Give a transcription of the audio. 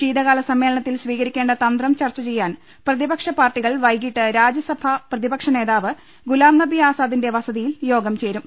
ശീതകാലസമ്മേളനത്തിൽ സ്വീകരിക്കേണ്ട തന്ത്രം ചർച്ചചെ യ്യാൻ പ്രതിപക്ഷ പാർട്ടികൾ വൈകിട്ട് രാജ്യസഭ പ്രതിപക്ഷ നേതാവ് ഗുലാംനബി ആസാദിന്റെ വസതിയിൽ യോഗം ചേരും